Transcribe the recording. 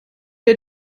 der